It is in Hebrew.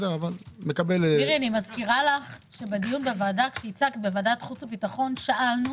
אני מזכירה לך שבוועדת חוץ וביטחון שאלנו